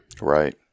Right